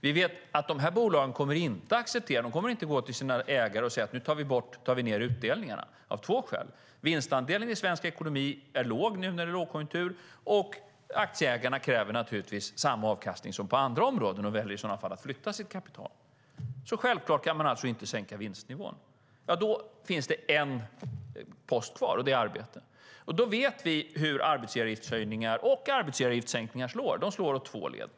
Vi vet att dessa bolag inte kommer att acceptera detta och i stället säga till sina ägare att utdelningarna ska sänkas. Det är av två skäl. Vinstandelen i svensk ekonomi är låg i lågkonjunktur, och aktieägarna kräver naturligtvis samma avkastning som på andra områden och väljer i sådana fall att flytta sitt kapital. Självklart kan man inte sänka vinstnivån. Då finns en post kvar, nämligen arbete. Vi vet hur höjningar av arbetsgivaravgiften och sänkningar av arbetsgivaravgiften slår. De slår åt två håll.